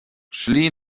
szli